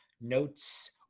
notes